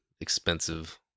expensive